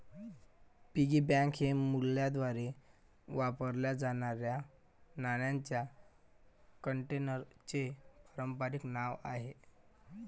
piggy bank हे मुलांद्वारे वापरल्या जाणाऱ्या नाण्यांच्या कंटेनरचे पारंपारिक नाव आहे